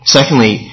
Secondly